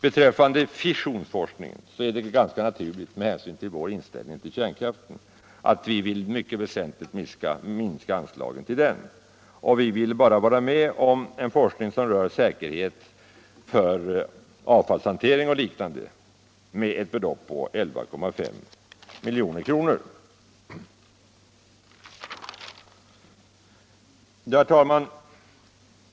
Beträffande fissionsforskningen så är det ganska naturligt, med hänsyn till vår inställning till kärnkraften, att vi vill mycket väsentligt minska anslaget till denna forskning. Vi vill bara vara med om en forskning som rör säkerhet för avfallshantering och liknande med ett belopp på 11,5 milj.kr. Herr talman!